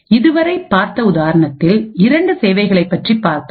இதுவரை பார்த்த உதாரணத்தில் இரண்டு சேவைகளைப் பற்றிப் பார்த்தோம்